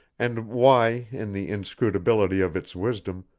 and why, in the inscrutability of its wisdom,